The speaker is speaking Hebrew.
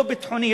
לא ביטחוני,